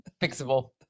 fixable